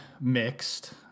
mixed